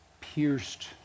pierced